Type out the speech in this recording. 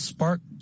Spark